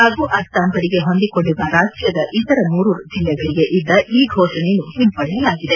ಹಾಗೂ ಅಸ್ಲಾಂ ಗಡಿಗೆ ಹೊಂದಿಕೊಂಡಿರುವ ರಾಜ್ಯದ ಇತರ ಮೂರು ಜಿಲ್ಲೆಗಳಿಗೆ ಇದ್ದ ಈ ಘೋಷಣೆಯನ್ನು ಹಿಂಪಡೆಯಲಾಗಿದೆ